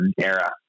era